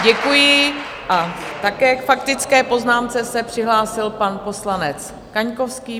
Děkuji a také k faktické poznámce se přihlásil pan poslanec Kaňkovský.